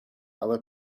other